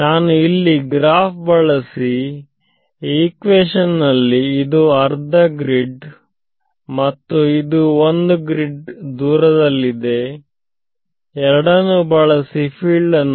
ನಾನು ಇಲ್ಲಿ ಗ್ರಾಫ್ ಬಳಸಿ ಈಕ್ವೇಶನ್ ನಲ್ಲಿ ಇದು ಅರ್ಧ ಗ್ರಿಡ್ ಮತ್ತು ಇದು ಒಂದು ಗ್ರಿಡ್ ದೂರದಲ್ಲಿದೆ ಎರಡನ್ನೂ ಬಳಸಿ ಫೀಲ್ಡ್ ಅನ್ನು